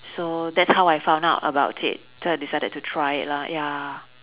so that's how I found out about it so I decided to try it lah ya